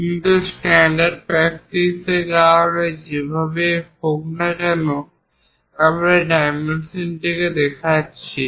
কিন্তু স্ট্যান্ডার্ড প্র্যাকটিসের কারণে যেভাবেই হোক আমরা যেকোন একটি ডাইমেনশন দেখাচ্ছি